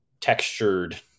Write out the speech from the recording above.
textured